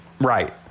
Right